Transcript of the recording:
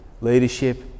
Leadership